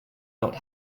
not